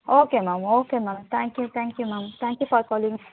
okay ma'am okay ma'am thank you thank you ma'am thank you for calling